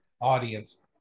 audience